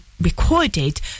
recorded